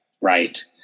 right